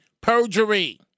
perjury